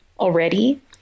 already